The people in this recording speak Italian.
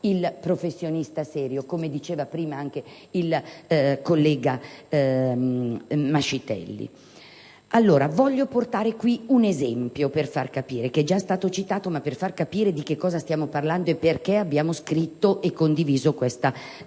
il professionista serio, come diceva prima anche il collega Mascitelli. Voglio portare un esempio - che è già stato citato - per far capire di cosa stiamo parlando e perché abbiamo scritto e condiviso questa mozione.